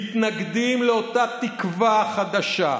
מתנגדים לאותה תקווה חדשה,